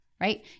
right